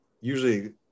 usually